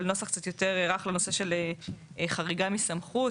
אבל נוסח קצת יותר רך לנושא של חריגה מסמכות.